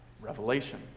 Revelation